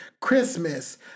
Christmas